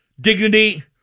dignity